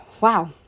Wow